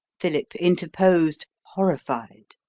philip interposed, horrified.